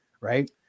right